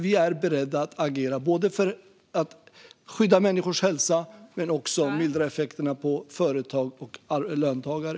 Vi är beredda att agera för att skydda människors hälsa men också för att mildra effekterna på företag och löntagare.